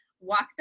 walks